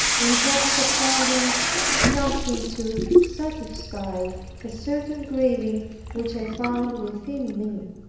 in hopes of finding something to satisfy a certain craving which i found within me.